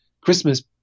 christmas